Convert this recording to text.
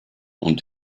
und